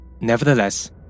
Nevertheless